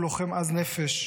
הוא לוחם עז נפש,